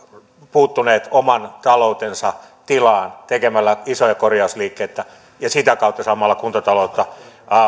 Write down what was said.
puuttuneet oman taloutensa tilaan tekemällä isoja korjausliikkeitä ja sitä kautta saamalla kuntataloutta